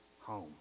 home